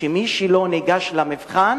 מי שלא ניגש למבחן,